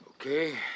okay